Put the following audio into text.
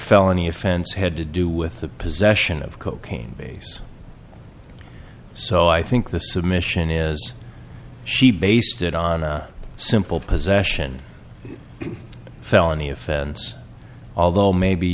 felony offense had to do with the possession of cocaine base so i think the submission is she based it on a simple possession felony offense although maybe